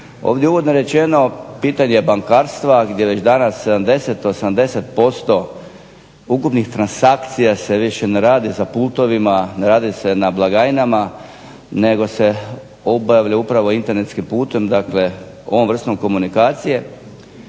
Ovdje je uvodno rečeno pitanje bankarstva gdje već danas 70, 80% ukupnih transakcija se više ne radi za pultovima, ne radi se na blagajnama nego se obavlja upravo internetskim putem, dakle ovom vrstom komunikacije.